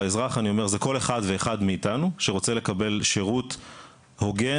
והאזרח זה כל אחד ואחד מאיתנו שרוצה לקבל שירות הוגן,